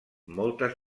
moltes